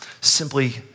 simply